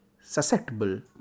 susceptible